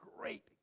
great